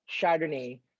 Chardonnay